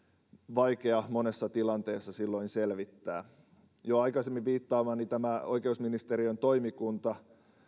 vaikea monessa tilanteessa silloin selvittää aikaisemmin viittaamani oikeusministeriön toimikunta